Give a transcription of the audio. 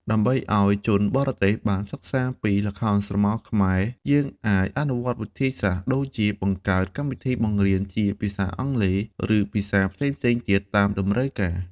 ដើម្បីធ្វើឲ្យ ជនបរទេសបានសិក្សាពីល្ខោនស្រមោលខ្មែរ យើងអាចអនុវត្តវិធីសាស្រ្តដូចជាបង្កើតកម្មវិធីបង្រៀនជាភាសាអង់គ្លេស ឬភាសាផ្សេងៗទៀតតាមតម្រូវការ